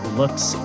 looks